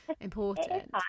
important